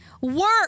work